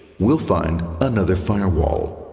we'll find another firewall.